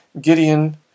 Gideon